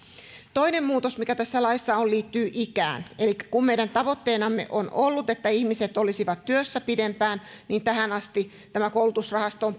toinen muutos mikä tässä laissa on liittyy ikään elikkä kun meidän tavoitteenamme on ollut että ihmiset olisivat työssä pidempään niin tähän asti koulutusrahasto on